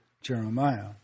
Jeremiah